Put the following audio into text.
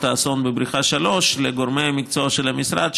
האסון בבריכה 3 לגורמי המקצוע של המשרד,